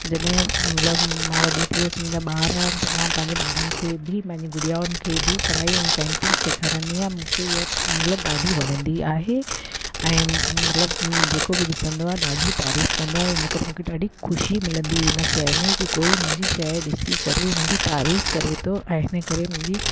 जॾहिं मतिलबु मां वॾी थियसि मुंहिंजा ॿार आहिनि त मां पंहिंजे ॿारनि खे बि पंहिंजी गुड़ियाउनि खे बि कढ़ाई ऐं पेंटिंग सेखारींदी आहियां मूंखे इहा इहा ॾाढी वणंदी आहे ऐं मतिलबु जेको बि ॾिसंदो आहे ॾाढी तारीफ़ु कंदो आहे इन करे मूंखे ॾाढी ख़ुशी मिलंदी हुई इन शइ में की कोई मुंहिंजी शइ ॾिसी करे मुंहिंजी तारीफ़ करे थो ऐं हिन करे मुंहिंजी